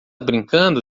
brincando